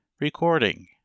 Recording